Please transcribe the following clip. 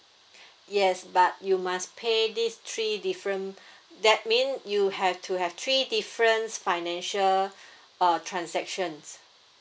yes but you must pay these three different that mean you have to have three difference financial uh transactions